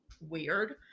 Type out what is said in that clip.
weird